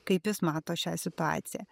kaip jis mato šią situaciją